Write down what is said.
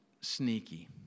sneaky